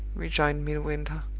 rejoined midwinter.